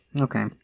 okay